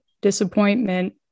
disappointment